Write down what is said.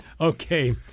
Okay